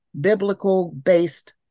biblical-based